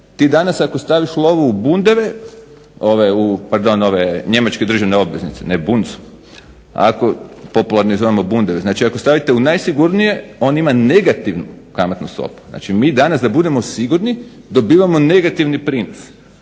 Ti danas ako staviš lovu u bundeve, njemačke državne obveznice Bunds, popularno ih zovemo bundeve, ako stavite u najsigurnije on ima negativnu stopu. Znači mi danas da budemo sigurni dobivamo negativni prinos.